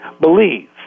believe